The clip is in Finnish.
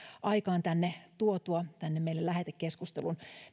tuotua tänne meille lähetekeskusteluun